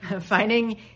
Finding